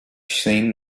seen